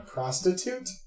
Prostitute